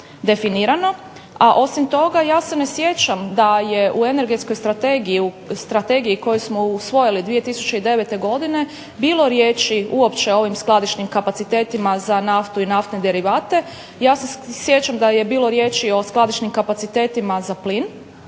A osim toga ja se ne sjećam da je u Energetskoj strategiji koju smo usvojili 2009. godine bilo riječi uopće o ovim skladišnim kapacitetima za naftu i naftne derivate. Ja se sjećam da je bilo riječi o skladišnim kapacitetima za plin,